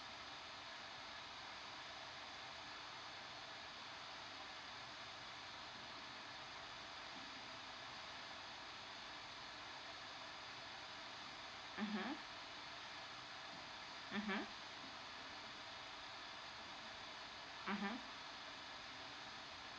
mmhmm mmhmm